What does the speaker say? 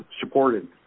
supported